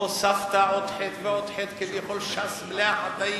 והוספת עוד חטא ועוד חטא, כביכול ש"ס מלאה חטאים,